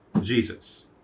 Jesus